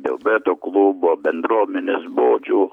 diabeto klubo bendruomenės bočių